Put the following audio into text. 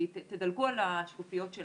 תדלגו על השקופיות של